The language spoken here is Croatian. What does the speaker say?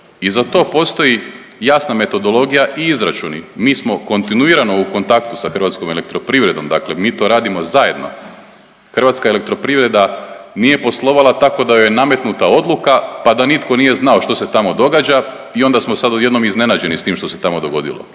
i za to postoji jasna metodologija i izračuni. Mi smo kontinuirano u kontaktu sa HEP-om, dakle mi to radimo zajedno. HEP nije poslovala tako da joj je nametnuta odluka pa da nitko nije znao što se tamo događa i onda smo sad odjednom iznenađeni s tim što se tamo dogodilo.